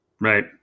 Right